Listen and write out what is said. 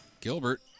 Gilbert